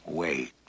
wait